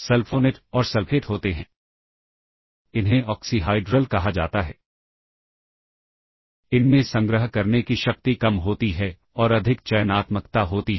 इसलिए वे उन 2 रजिस्टरों को सहेजेंगे और ऐसा करने से पहले अनुदेश लौटा दें